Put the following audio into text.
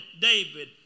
David